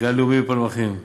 הלאומי בפלמחים.